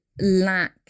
lack